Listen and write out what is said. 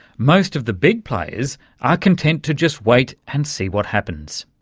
most of the big players are content to just wait and see what happens.